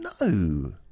No